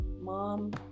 mom